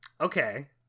Okay